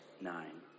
nine